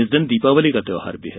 इस दिन दीपावली का त्यौहार भी है